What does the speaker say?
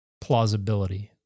plausibility